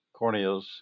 corneas